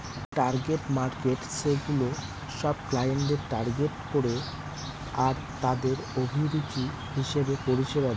target markets সেগুলা সব ক্লায়েন্টদের টার্গেট করে আরতাদের অভিরুচি হিসেবে পরিষেবা দেয়